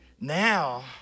Now